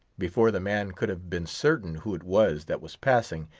before the man could have been certain who it was that was passing,